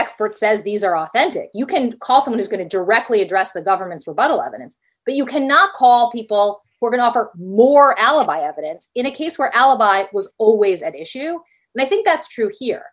expert says these are authentic you can call them is going to directly address the government's rebuttal evidence but you cannot call people we're going to offer more alibi evidence in a case where alibi was always at issue and i think that's true here